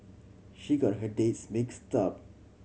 she got her dates mixed up